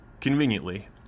conveniently